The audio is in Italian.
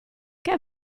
che